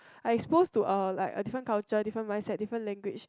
I expose to a like a different culture different mindset different language